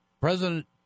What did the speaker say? President